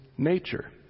nature